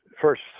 first